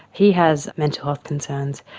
he has mental health concerns,